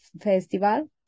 Festival